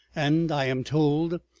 and, i am told,